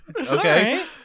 Okay